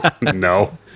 no